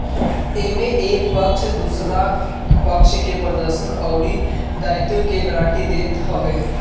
एमे एक पक्ष दुसरका पक्ष के प्रदर्शन अउरी दायित्व के गारंटी देत हवे